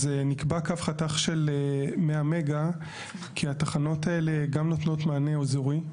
אז נקבע קו חתך של 100 מגה כי התחנות האלה גם נותנות מענה אזורי.